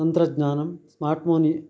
तन्त्रज्ञानं स्मार्ट् मोनि